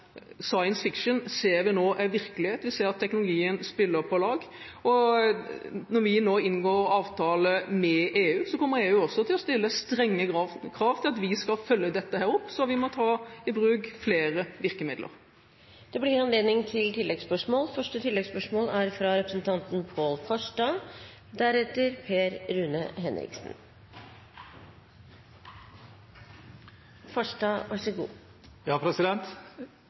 ser vi nå er virkelighet. Vi ser at teknologien spiller på lag. Når vi nå inngår avtale med EU, kommer EU til å stille strenge krav til at vi skal følge dette opp, så vi må ta i bruk flere virkemidler. Det åpnes for oppfølgingsspørsmål – først Pål Farstad. Oppfølgingsspørsmålet mitt går til